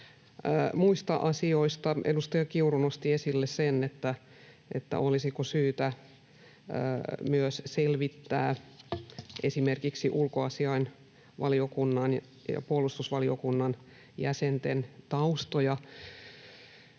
muista asioista. Edustaja Kiuru nosti esille sen, olisiko syytä selvittää myös esimerkiksi ulkoasiainvaliokunnan ja puolustusvaliokunnan jäsenten taustoja.